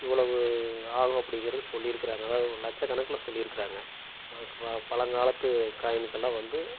இவ்வளவு ஆகும் அப்டிங்கிறதை சொல்லிருக்கிறாங்க அதாவது லட்சக்கணக்கில் சொல்லிருக்கிறாங்க பழங்காலத்து காயின்க்கெல்லாம் வந்து